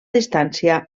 distància